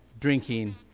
drinking